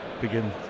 begin